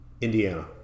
indiana